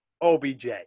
OBJ